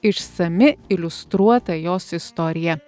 išsami iliustruota jos istorija